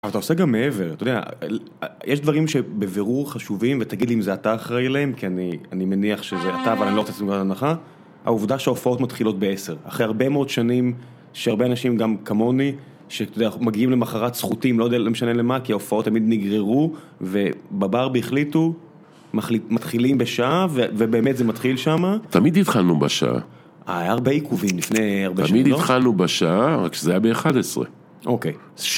אבל אתה עושה גם מעבר, אתה יודע, יש דברים שבבירור חשובים, ותגיד לי אם זה אתה אחראי להם, כי אני מניח שזה אתה, אבל אני לא רוצה לתת לך את ההנחה. העובדה שההופעות מתחילות בעשר, אחרי הרבה מאוד שנים, שהרבה אנשים גם כמוני, שמגיעים למחרת סחוטים, לא משנה למה, כי ההופעות תמיד נגררו, ובברבי החליטו, מתחילים בשעה, ובאמת זה מתחיל שמה. תמיד התחלנו בשעה. היה הרבה עיכובים לפני ארבע שנים, לא? תמיד התחלנו בשעה, רק שזה היה ב-11. אוקיי.